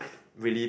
really